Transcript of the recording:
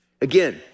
Again